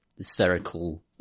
spherical